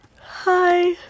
Hi